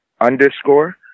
underscore